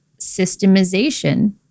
systemization